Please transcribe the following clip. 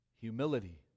Humility